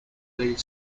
these